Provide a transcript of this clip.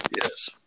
Yes